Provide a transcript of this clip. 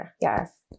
Yes